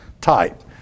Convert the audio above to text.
type